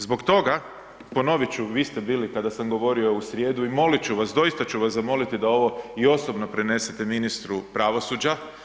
Zbog toga, ponovit ću vi ste bili kada sam govorio u srijedu i molit ću vas, doista ću vas zamoliti da ovo i osobno prenesete ministru pravosuđa.